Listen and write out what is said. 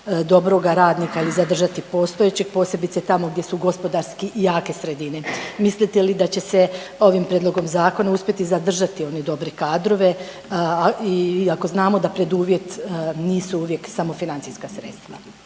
dobroga radnika i zadržati postojeće posebice tamo gdje su gospodarski jake sredine. Mislite li da će se ovim prijedlogom zakona uspjeti zadržati ove dobre kadrove i ako znamo da preduvjet nisu uvijek samo financijska sredstva.